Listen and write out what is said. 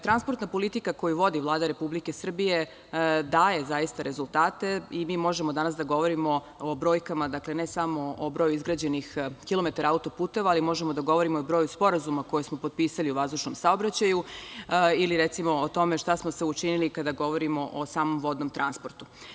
Transportna politika koju vodi Vlada Republike Srbije daje zaista rezultate i mi možemo danas da govorimo o brojkama, ne samo o broju izgrađenih kilometara autoputeva, ali možemo da govorimo i o broju sporazuma koje smo potpisali o vazdušnom saobraćaju ili recimo o tome šta smo sve učinili kada govorimo o samom vodnom transportu.